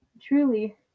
truly